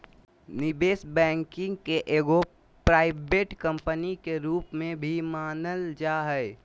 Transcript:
निवेश बैंकिंग के एगो प्राइवेट कम्पनी के रूप में भी मानल जा हय